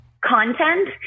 content